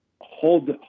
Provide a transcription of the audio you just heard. hold